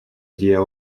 idea